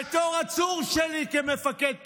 בתור עצור שלי כמפקד תחנה.